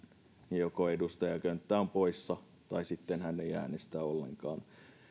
niin edustaja könttä on joko poissa tai sitten hän ei äänestä ollenkaan